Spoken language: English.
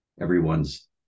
everyone's